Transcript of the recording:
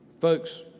Folks